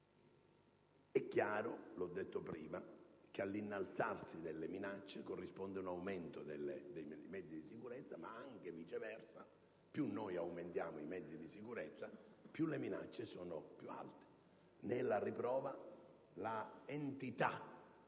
È chiaro, l'ho detto poc'anzi, che all'innalzarsi delle minacce corrisponde un aumento dei mezzi di sicurezza, ma anche che, viceversa, più aumentiamo i mezzi di sicurezza più le minacce sono alte. Ne è la riprova l'entità